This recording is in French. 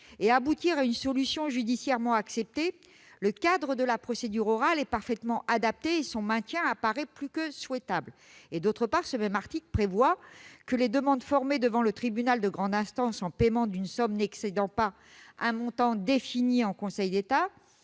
et aboutir à une solution judiciairement acceptée, le cadre de la procédure orale est parfaitement adapté et son maintien paraît plus que souhaitable. Par ailleurs, ce même article prévoit que les demandes formées devant le tribunal de grande instance en paiement d'une somme n'excédant pas un montant défini en Conseil d'État